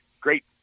great